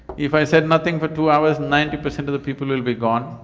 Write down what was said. if i said nothing for two hours, ninety percent of the people will be gone.